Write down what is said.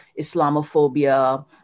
Islamophobia